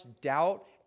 doubt